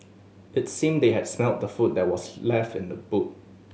it seemed that they had smelt the food that was left in the boot